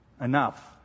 enough